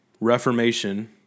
Reformation